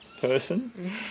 person